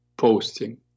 posting